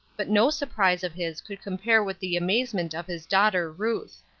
but no surprise of his could compare with the amazement of his daughter ruth.